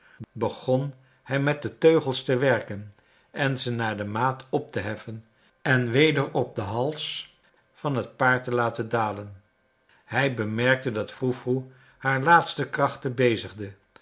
begon hij met de teugels te werken en ze naar de maat op te heffen en weder op den hals van het paard te laten dalen hij bemerkte dat froe froe haar laatste krachten bezigde